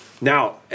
Now